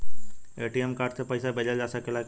ATM card से पइसा भेजल जा सकेला कइसे?